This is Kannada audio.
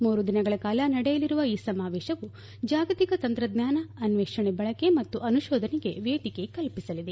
ಮೂರು ದಿನಗಳ ಕಾಲ ನಡೆಯಲಿರುವ ಈ ಸಮಾವೇಶವು ಜಾಗತಿಕ ತಂತ್ರಜ್ಞಾನ ಅನ್ನೇಷಣೆ ಬಳಕೆ ಮತ್ತು ಅನುಶೋಧನೆಗೆ ವೇದಿಕೆ ಕಲ್ಪಿಸಲಿದೆ